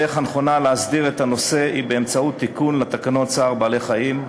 הדרך הנכונה להסדיר את הנושא היא תיקון לתקנות צער בעלי-חיים,